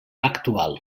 actual